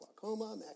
glaucoma